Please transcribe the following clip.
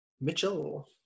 Mitchell